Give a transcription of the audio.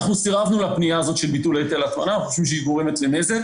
אנחנו סירבנו לכך כי אנחנו חושבים שזה גורם לנזק.